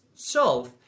solve